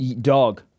Dog